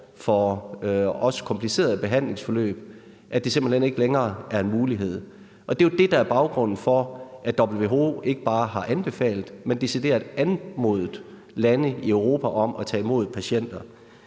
for også komplicerede behandlingsforløb, at det simpelt hen ikke længere er en mulighed. Det er jo det, der er baggrunden for, at WHO ikke bare har anbefalet, men decideret anmodet lande i Europa om at tage imod patienter.